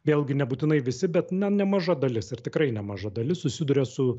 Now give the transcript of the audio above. vėlgi nebūtinai visi bet ne nemaža dalis ir tikrai nemaža dalis susiduria su